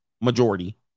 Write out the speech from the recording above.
majority